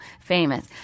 famous